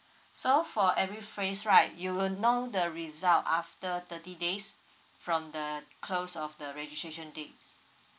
so for every phrase right you will know the result after thirty days from the close of the registration date